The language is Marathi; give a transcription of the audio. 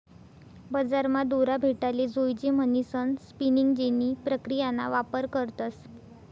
बजारमा दोरा भेटाले जोयजे म्हणीसन स्पिनिंग जेनी प्रक्रियाना वापर करतस